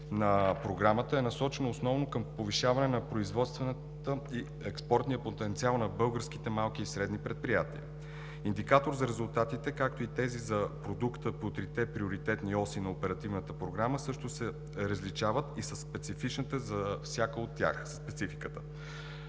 на Програмата е насочено основно към повишаване на производствения и експортния потенциал на българските малки и средни предприятия. Индикатор за резултатите, както и тези за продукта по трите приоритетни оси на Оперативната програма също се различават и със спецификата за всяка от тях. Посоченото